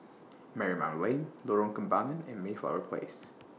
Marymount Lane Lorong Kembagan and Mayflower Place